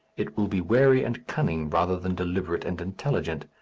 it will be wary and cunning rather than deliberate and intelligent,